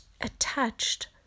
attached